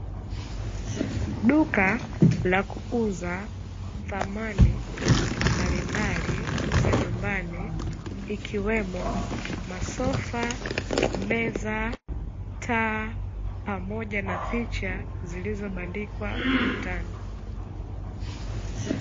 Duka la kuuza samani mbalimbali za nyumbani, ikiwemo masofa, meza, taa pamoja na picha zilizobandikwa ukutani.